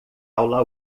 aula